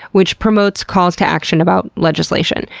which promotes calls to action about legislation.